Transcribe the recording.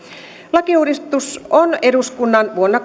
lakiuudistus on eduskunnan vuonna